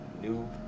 New